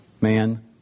Man